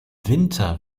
winter